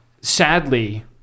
sadly